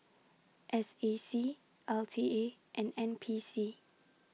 S A C L T A and N P C